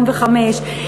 1945,